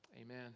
amen